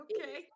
Okay